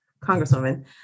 congresswoman